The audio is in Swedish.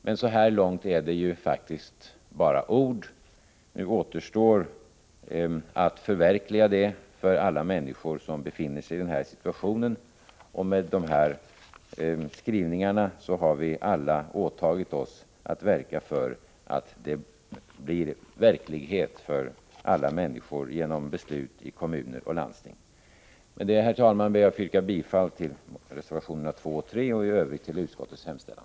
Men så här långt är det bara ord — nu återstår att förverkliga detta för alla människor som befinner sig i denna situation. Med dessa skrivningar har vi alla åtagit oss att verka för att det blir verklighet för alla människor genom beslut i kommuner och landsting. Med detta, herr talman, ber jag att få yrka bifall till reservationerna 2 och 3 och i övrigt till utskottets hemställan.